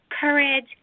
courage